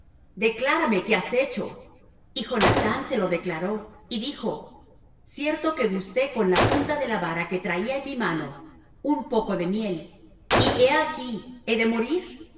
declárame qué has hecho y jonathán se lo declaró y dijo cierto que gusté con la punta de la vara que traía en mi mano un poco de miel y he aquí he de morir